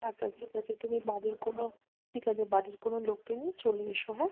আচ্ছা ঠিক আছে তুমি বাড়ির কোনও ঠিক আছে বাড়ির কোনও লোককে নিয়ে চলে এসো হ্যাঁ